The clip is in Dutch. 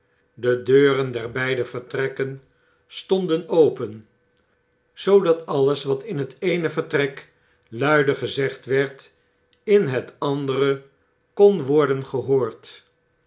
de deuren derboide vertrfken stonden open zoodat alles wat in het eene vertrek luide gezegd werd in het andere kon worden gehoord